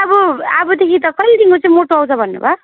अब अबदेखि त कहिलेदेखि चाहिँ मोटो आउँछ भन्नु भयो